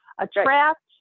attract